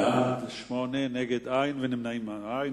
בעד, 8, נגד אין, נמנעים, אין.